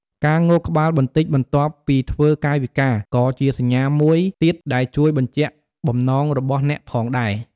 ការងក់ក្បាលបន្តិចបន្ទាប់ពីធ្វើកាយវិការ ក៏ជាសញ្ញាមួយទៀតដែលជួយបញ្ជាក់បំណងរបស់អ្នកផងដែរ។